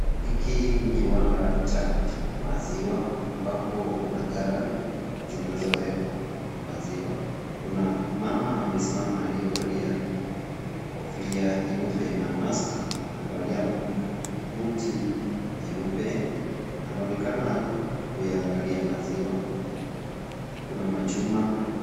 Hiki ni kiwanda cha maziwa ambapo kuna galoni zinazowekwa maziwa. Kuna mama amesimama aliyevalia kofia nyeupe na mask amevalia buti nyeupe. Anaonekana kuyaangalia maziwa, kuna chuma.